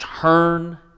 turn